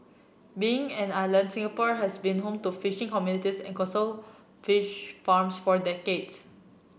being an island Singapore has been home to fishing communities and coastal fish farms for decades